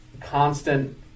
constant